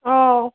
औ